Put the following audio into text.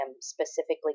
specifically